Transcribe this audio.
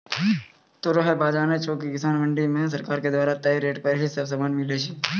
तोहों है बात जानै छो कि किसान मंडी मॅ सरकार के द्वारा तय रेट पर ही सब सामान मिलै छै